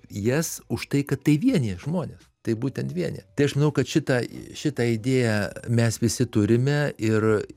jas už tai kad tai vienija žmones tai būtent vienija tai aš manau kad šitą šitą idėją mes visi turime ir